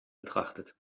betrachtet